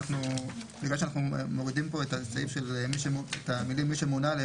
בגלל שאנחנו מורידים את המילים: "מי שמונה ל